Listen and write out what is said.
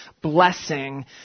blessing